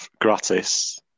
gratis